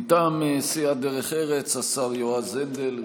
מטעם סיעת דרך ארץ, השר יועז הנדל.